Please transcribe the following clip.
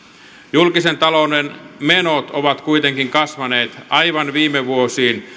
julkisen talouden menot ovat kuitenkin kasvaneet aivan viime vuosiin